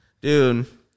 Dude